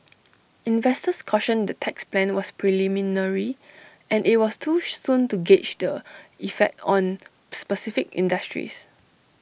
investors cautioned the tax plan was preliminary and IT was too soon to gauge the effect on specific industries